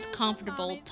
comfortable